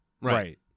Right